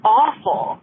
awful